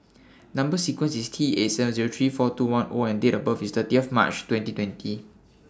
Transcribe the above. Number sequence IS T three four two one O and Date of birth IS thirty March twenty twenty